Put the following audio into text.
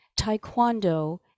Taekwondo